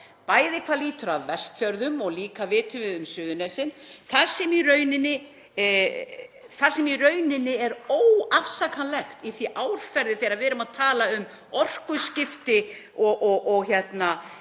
bæði hvað lýtur að Vestfjörðum og eins vitum við um Suðurnesin. Það er í rauninni óafsakanlegt í því árferði þegar við erum að tala um orkuskipti og mengun